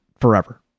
forever